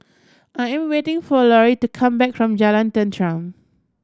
I am waiting for Lorri to come back from Jalan Tenteram